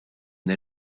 une